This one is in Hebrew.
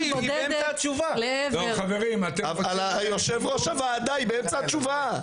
אבל אדוני יושב ראש הוועדה, היא באמצע התשובה,